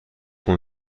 اون